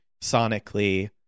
sonically